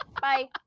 Bye